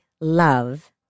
love